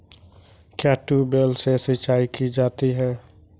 क्या ट्यूबवेल से सिंचाई की जाती है?